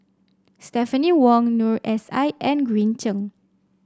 Stephanie Wong Noor S I and Green Zeng